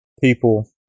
people